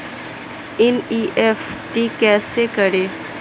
NEFT कैसे करें?